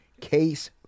Case